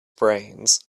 brains